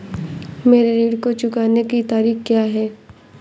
मेरे ऋण को चुकाने की तारीख़ क्या है?